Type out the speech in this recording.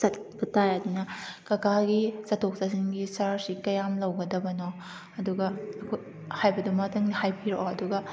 ꯆꯠꯄ ꯇꯥꯏ ꯑꯗꯨꯅ ꯀꯥꯀꯥꯒꯤ ꯆꯠꯊꯣꯛ ꯆꯠꯁꯤꯟꯒꯤ ꯆꯥꯔꯖꯁꯤ ꯀꯌꯥꯝ ꯂꯧꯒꯗꯕꯅꯣ ꯑꯗꯨꯒ ꯍꯥꯏꯕꯗꯨꯃꯇꯪ ꯍꯥꯏꯕꯤꯔꯛꯑꯣ ꯑꯗꯨꯒ